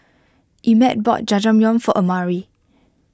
Emett bought Jajangmyeon for Amari